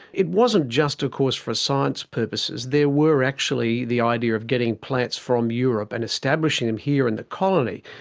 it wasn't just of course for science purposes. there were actually the idea of getting plants from europe and establishing them here in the colony.